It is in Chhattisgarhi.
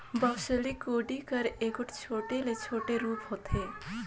बउसली कोड़ी कर एगोट छोटे ले छोटे रूप होथे